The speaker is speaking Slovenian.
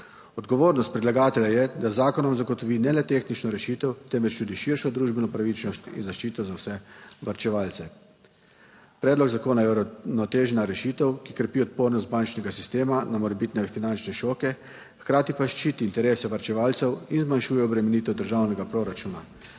Odgovornost predlagatelja je, da z zakonom zagotovi ne le tehnično rešitev temveč tudi širšo družbeno pravičnost in zaščito za vse varčevalce. Predlog zakona je uravnotežena rešitev, ki krepi odpornost bančnega sistema na morebitne finančne šoke, hkrati pa ščiti interese varčevalcev in zmanjšuje obremenitev državnega proračuna.